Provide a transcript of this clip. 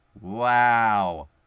Wow